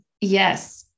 Yes